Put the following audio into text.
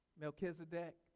Melchizedek